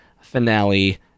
finale